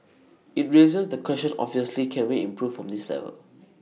IT raises the question obviously can we improve from this level